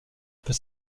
peut